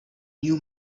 new